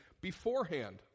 beforehand